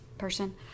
person